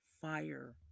fire